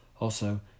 Also